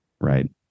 right